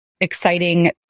exciting